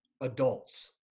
adults